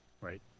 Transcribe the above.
Right